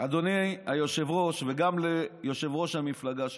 אדוני היושב-ראש, וגם ליושב-ראש המפלגה שלך,